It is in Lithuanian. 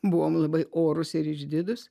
buvom labai orūs ir išdidūs